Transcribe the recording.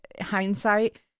hindsight